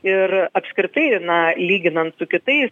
ir apskritai na lyginant su kitais